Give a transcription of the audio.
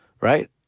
right